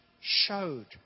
showed